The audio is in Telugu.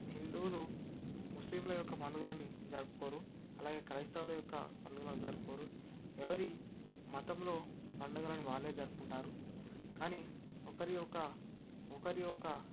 హిందువులు ముస్లిముల యొక్క పండుగలని జరుపుకోరు అలాగే క్రైస్తవుల యొక్క పండుగలను జరుపుకోరు ఎవరి మతంలో పండగలను వాళ్ళే జరుపుకుంటారు కానీ ఒకరి ఒక ఒకరి ఒక